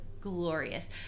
glorious